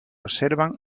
observan